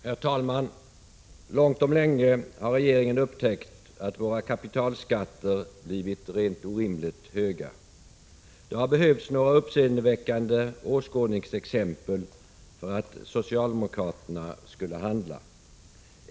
Herr talman! Långt om länge har regeringen upptäckt att våra kapitalskatter blivit rent orimligt höga. Det har behövts några uppseendeväckande åskådningsexempel för att socialdemokraterna skulle handla.